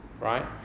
right